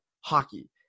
hockey